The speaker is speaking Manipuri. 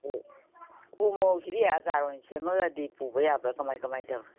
ꯎꯃꯣꯔꯣꯛꯁꯤꯗꯤ ꯑꯆꯥꯔ ꯑꯣꯏꯅ ꯁꯦꯝꯃꯒ ꯄꯨꯕ ꯌꯥꯕ꯭ꯔꯥ ꯀꯃꯥꯏ ꯀꯃꯥꯏ ꯇꯧꯋꯤ